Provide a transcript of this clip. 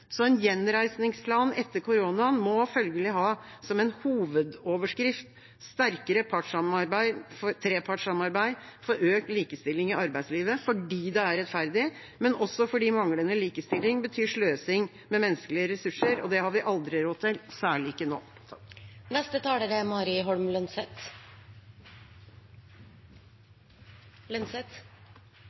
Så en gjenreisningsplan etter koronaen må følgelig ha som hovedoverskrift: sterkere trepartssamarbeid for økt likestilling i arbeidslivet – fordi det er rettferdig, men også fordi manglende likestilling betyr sløsing med menneskelige ressurser. Det har vi aldri råd til, særlig ikke nå. Hvilket kjønn du har, skal ikke være avgjørende for hvilke muligheter du får. Norge er